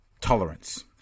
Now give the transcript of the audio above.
tolerance